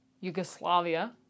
Yugoslavia